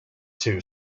two